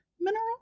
mineral